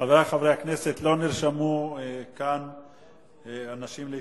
חברי חברי הכנסת, לא נרשמו כאן אנשים להתייחסויות.